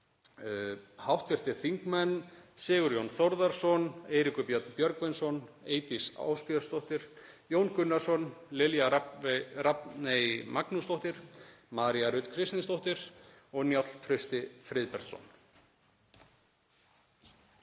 hv. þingmenn Sigurjón Þórðarson, Eiríkur Björn Björgvinsson, Eydís Ásbjörnsdóttir, Jón Gunnarsson, Lilja Rafney Magnúsdóttir, María Rut Kristinsdóttir og Njáll Trausti Friðbertsson.